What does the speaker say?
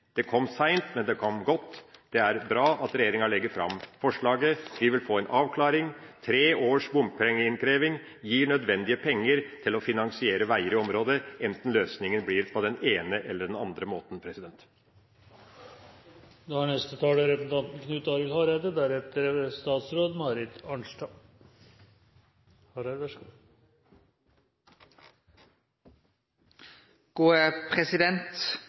Det kom seint, men det kom godt. Det er bra at regjeringa legger fram forslaget. Vi vil få en avklaring. Tre års bompengeinnkreving gir nødvendige penger til å finansiere veier i området, enten løsningen blir på den ene eller den andre måten. Eg vil slutte meg fullt og heilt til det siste som representanten